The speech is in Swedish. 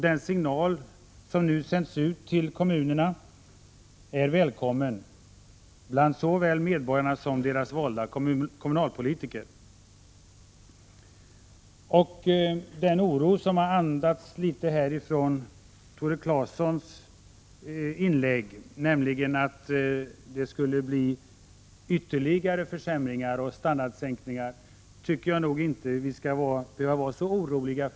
Den signal som nu sänts ut till kommunerna är välkommen såväl bland medborgarna som bland deras valda kommunalpolitiker. Tore Claesons inlägg andades visserligen oro för ytterligare försämringar och standardsänkningar, men jag tror inte att den oron är befogad.